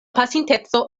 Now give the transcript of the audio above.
pasinteco